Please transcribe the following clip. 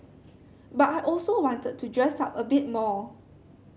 but I also wanted to dress up a bit more